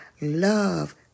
love